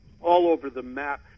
all-over-the-map